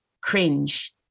cringe